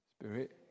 spirit